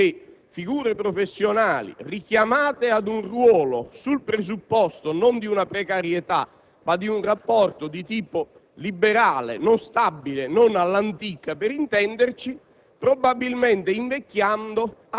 di quanto avvenuto. Figure professionali, richiamate ad un ruolo sul presupposto non di una precarietà ma di un rapporto di tipo liberale (non stabile o all'antica, per intenderci),